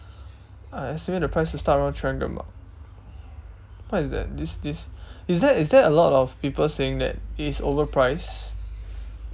I assuming the price will start around three hundred bah what is that this this is there is there a lot of people saying that it is overpriced